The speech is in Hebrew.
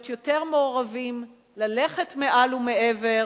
להיות יותר מעורבים, ללכת מעל ומעבר.